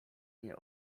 nie